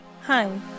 Hi